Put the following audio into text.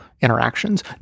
interactions